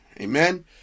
Amen